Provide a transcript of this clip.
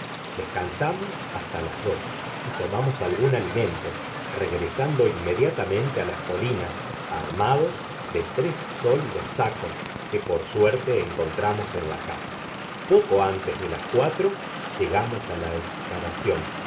descansamos hasta las dos y tomamos algún alimento regresando inmediatamente a las colinas armados de tres sólidos sacos que por suerte encontramos en la casa poco antes de las cuatro llegamos a la excavación